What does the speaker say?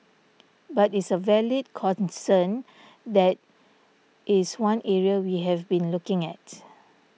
but is a valid concern that is one area we have been looking at